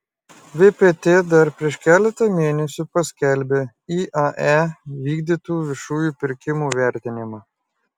vpt dar prieš keletą mėnesių paskelbė iae vykdytų viešųjų pirkimų vertinimą